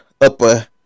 upper